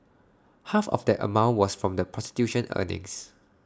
half of that amount was from the prostitution earnings